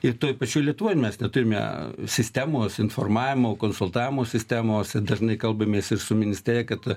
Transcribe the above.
ir toj pačioj lietuvoj mes neturime sistemos informavimo konsultavimo sistemos dažnai kalbamės ir su ministerija kad